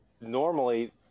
normally